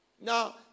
Now